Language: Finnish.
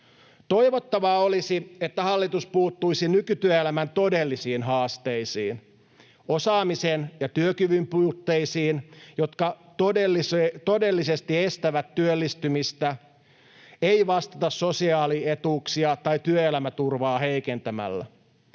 Toivottavaa olisi, että hallitus puuttuisi nykytyöelämän todellisiin haasteisiin. Osaamisen ja työkyvyn puutteisiin, jotka todellisesti estävät työllistymistä, ei vastata sosiaalietuuksia tai työelämäturvaa heikentämällä.